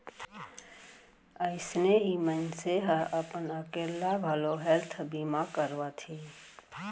अइसने ही मनसे ह अपन अकेल्ला घलौ हेल्थ बीमा करवाथे